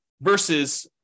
versus –